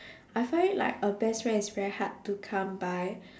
I find it like a best friend is very hard to come by